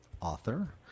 author